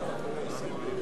הלאומי או האזרחי במדינת